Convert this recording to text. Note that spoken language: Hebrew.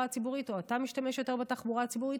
הציבורית או אתה משתמש יותר בתחבורה הציבורית,